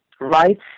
right